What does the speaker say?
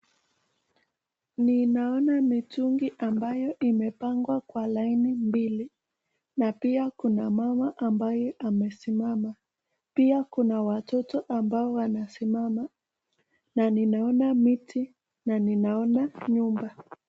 Ninaona mitungi imepangwa kwa laini mbili, na pia kuna mama ambaye amesimama pia kuna watoto ambao wanasimama, na ninaona miti na ninaona nyumba.